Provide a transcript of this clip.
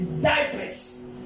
diapers